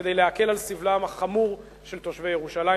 כדי להקל על סבלם החמור של תושבי ירושלים.